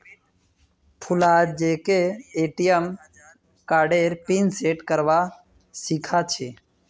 फूफाजीके ए.टी.एम कार्डेर pin set करवा सीखा छि